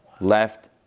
left